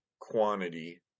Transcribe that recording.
quantity